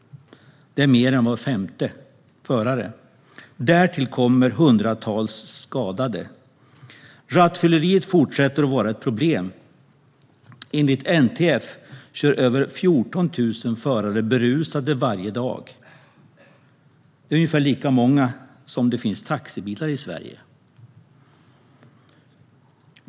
Det är mer än var femte förare. Därtill kommer hundratals skadade. Rattfylleriet fortsätter att vara ett problem. Enligt NTF kör över 14 000 förare berusade varje dag. Det är ungefär lika många som det finns taxibilar i Sverige.